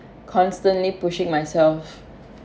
constantly pushing myself